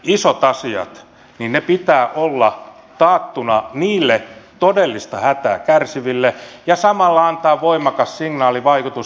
mutta näiden isojen asioiden pitää olla taattuna niille todellista hätää kärsiville ja samalla pitää antaa voimakas signaalivaikutus